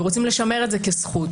ורוצים לשמר את זה כזכות.